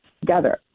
together